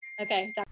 Okay